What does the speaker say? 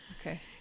okay